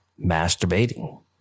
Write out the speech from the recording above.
masturbating